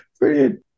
brilliant